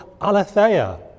aletheia